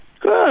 Good